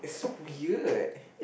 so weird